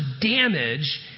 damage